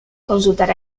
consultar